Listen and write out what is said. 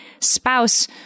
spouse